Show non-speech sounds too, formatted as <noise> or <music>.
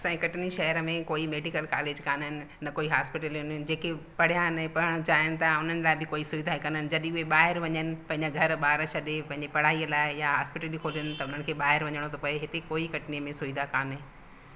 असांजे कटनी शहर में कोई मैडिकल कालेज कान्हनि न कोई हास्पिटल आहिनि जेके पढ़िया आहिनि पढ़नि चाहिनि था हुननि लाइ बि कोई सुविधा ई कान्हनि जॾहिं बि ॿाहिरि वञनि पंहिंजा घर बार छॾे पंहिंजी पढ़ाईअ लाइ या <unintelligible> खोलियन त हुननि खे ॿाहिरि वञिणो थो पए हिते कोई कटनीअ में सुविधा कोन्हे